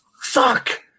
suck